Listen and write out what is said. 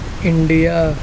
India